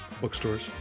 bookstores